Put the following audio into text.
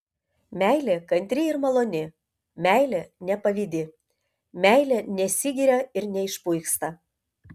meilė kantri ir maloni meilė nepavydi meilė nesigiria ir neišpuiksta